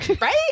Right